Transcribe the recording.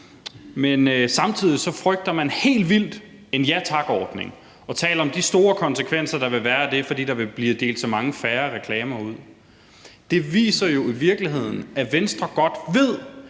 Men samtidig frygter man helt vildt en Ja Tak-ordning og taler om de store konsekvenser, der vil være af det, fordi der vil blive delt så mange færre reklamer ud. Det viser jo i virkeligheden, at Venstre godt ved,